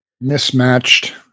mismatched